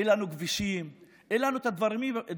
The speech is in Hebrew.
אין לנו כבישים, אין לנו את הדברים הבסיסיים,